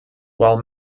while